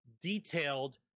detailed